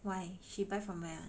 why she buy from where